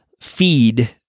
feed